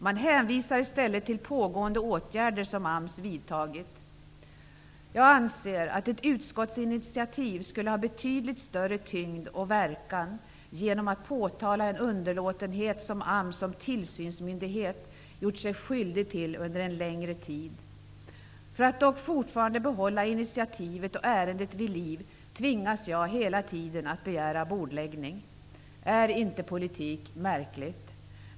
Man hänvisar i stället till pågående åtgärder som AMS vidtagit. Jag anser att ett utskottsinitiativ skulle ha betydligt större tyngd och verkan innebärande att man påtalar den underlåtenhet som AMS som tillsynsmyndighet gjort sig skyldig till under en längre tid. För att dock fortfarande behålla initiativet och ärendet vid liv tvingas jag hela tiden att begära bordläggning. Är inte politiken märklig?